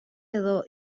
edo